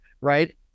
right